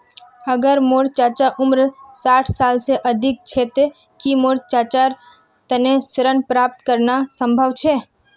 अगर मोर चाचा उम्र साठ साल से अधिक छे ते कि मोर चाचार तने ऋण प्राप्त करना संभव छे?